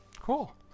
cool